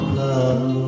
love